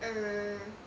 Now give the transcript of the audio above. err